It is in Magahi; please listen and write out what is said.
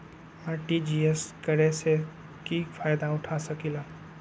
आर.टी.जी.एस करे से की फायदा उठा सकीला?